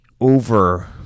over